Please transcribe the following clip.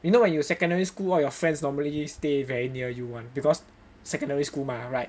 you know when you were secondary school all your friends normally stay very near you [one] because secondary school mah right